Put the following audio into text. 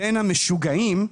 בין המשוגעים,